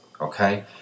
Okay